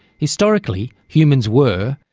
historically humans were,